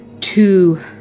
two